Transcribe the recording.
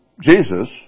Jesus